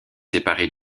séparée